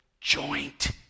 Joint